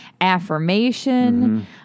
affirmation